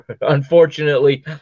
unfortunately